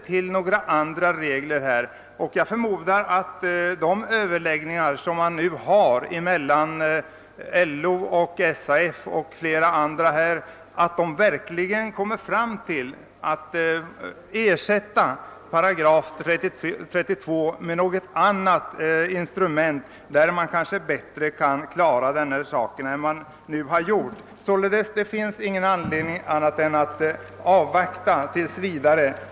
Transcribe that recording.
Jag förmodar att de överläggningar, som nu pågår mellan LO, SAF och flera andra organisationer, verkligen leder till att 8 32 kan ersättas med något annat instrument, som gör att dessa problem kan lösas på ett bättre sätt än hittills. Det finns således ingen anledning att göra annat än avvakta tills vidare.